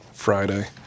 Friday